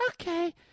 Okay